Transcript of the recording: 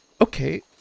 Okay